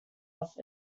off